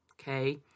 okay